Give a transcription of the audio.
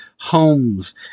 homes